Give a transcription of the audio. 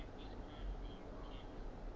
okay